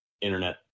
internet